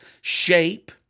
shape